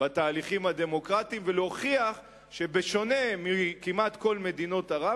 בתהליכים הדמוקרטיים ולהוכיח שבשונה מכמעט כל מדינות ערב,